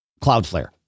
Cloudflare